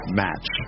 match